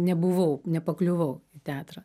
nebuvau nepakliuvau į teatrą